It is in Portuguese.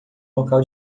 local